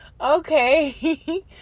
okay